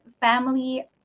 family